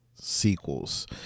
sequels